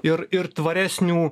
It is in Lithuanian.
ir ir tvaresnių